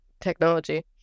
technology